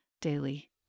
daily